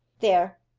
there,